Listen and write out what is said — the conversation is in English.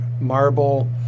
marble